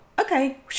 okay